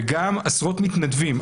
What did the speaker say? וגם עשרות מתנדבים.